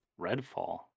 Redfall